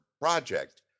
project